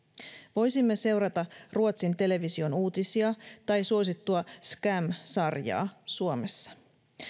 voisimme seurata ruotsin television uutisia tai suosittua skam sarjaa suomessa